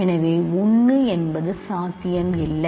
எனவே 1 என்பது சாத்தியம் இல்லை